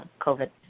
COVID